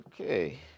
Okay